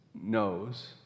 knows